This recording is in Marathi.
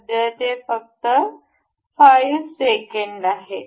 सध्या ते फक्त 5 सेकंद आहे